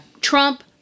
Trump